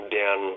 down